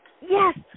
Yes